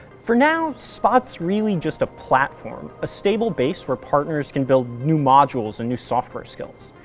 for now, spot's really just a platform. a stable base where partners can build new modules and new software skills.